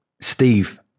Steve